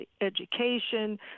education